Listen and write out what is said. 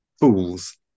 fools